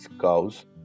cows